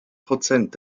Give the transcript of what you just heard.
prozent